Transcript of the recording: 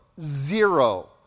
zero